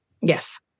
Yes